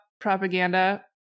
propaganda